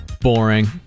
Boring